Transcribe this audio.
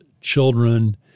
children